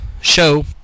show